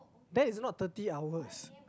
that is not thirty hours